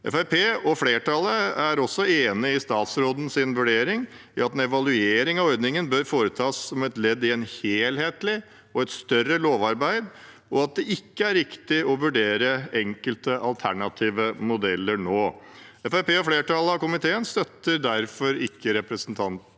og flertallet er også enig i statsrådens vurdering av at en evaluering av ordningen bør foretas som ledd i et helhelhetlig og større lovarbeid, og at det ikke er riktig å vurdere enkelte alternative modeller nå. Fremskrittspartiet og flertallet i komiteen støtter derfor ikke representantforslaget